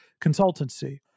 consultancy